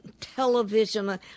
television